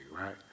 right